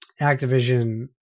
Activision